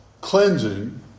cleansing